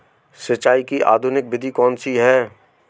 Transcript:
सिंचाई की आधुनिक विधि कौनसी हैं?